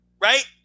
right